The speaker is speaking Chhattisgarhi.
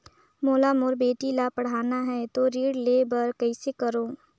मोला मोर बेटी ला पढ़ाना है तो ऋण ले बर कइसे करो